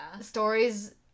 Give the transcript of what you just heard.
stories